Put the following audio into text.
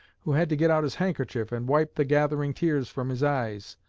who had to get out his handkerchief and wipe the gathering tears from his eyes.